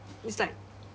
it's like